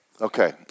Okay